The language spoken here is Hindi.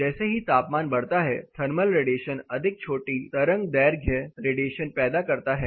जैसे ही तापमान बढ़ता है थर्मल रेडिएशन अधिक छोटी तरंगदैर्घ्य रेडिएशन पैदा करता है